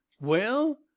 Well